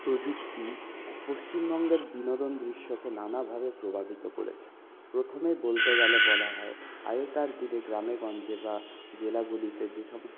প্রযুক্তি পশ্চিমবঙ্গের বিনোদন দৃশ্যকে নানাভাবে প্রভাবিত করেছে প্রথমে বলতে গেলে বলা হয় আগেকার দিনে গ্রামেগঞ্জে বা জেলাগুলিতে যে সমস্ত